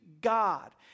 God